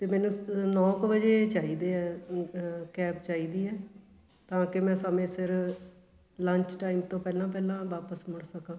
ਅਤੇ ਮੈਨੂੰ ਨੌਂ ਕੁ ਵਜੇ ਚਾਹੀਦੇ ਆ ਕੈਬ ਚਾਹੀਦੀ ਆ ਤਾਂ ਕਿ ਮੈਂ ਸਮੇਂ ਸਿਰ ਲੰਚ ਟਾਈਮ ਤੋਂ ਪਹਿਲਾਂ ਪਹਿਲਾਂ ਵਾਪਸ ਮੁੜ ਸਕਾਂ